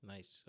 Nice